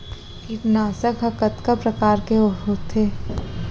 कीटनाशक ह कतका प्रकार के होथे?